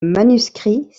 manuscrits